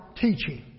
teaching